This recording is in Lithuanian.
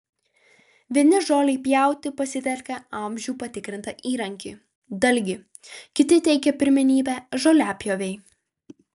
vieni žolei pjauti pasitelkia amžių patikrintą įrankį dalgį kiti teikia pirmenybę žoliapjovei